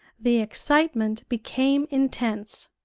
the excitement became intense.